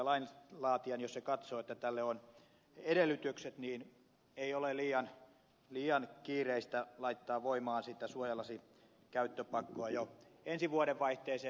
ei lainlaatijalle jos se katsoo että tälle on edellytykset ole liian kiireistä laittaa voimaan sitä suojalasikäyttöpakkoa jo ensi vuodenvaihteeseen